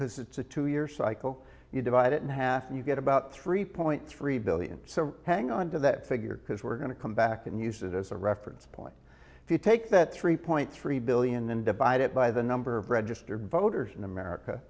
because it's a two year cycle you divide it in half and you get about three point three billion so hang on to that figure because we're going to come back and use that as a reference point if you take that three point three billion and divide it by the number of registered voters in america